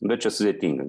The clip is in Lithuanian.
bet čia sudėtinga